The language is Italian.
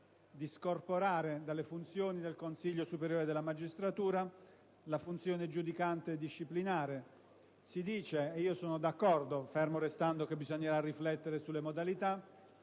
di scorporare dalle funzioni del Consiglio superiore della magistratura la funzione giudicante e disciplinare. Si dice - e io sono d'accordo, fermo restando che bisognerà riflettere sulle modalità